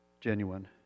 genuine